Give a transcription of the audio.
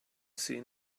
seen